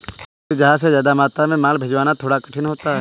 समुद्री जहाज से ज्यादा मात्रा में माल भिजवाना थोड़ा कठिन होता है